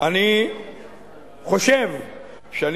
או בעזה אפעל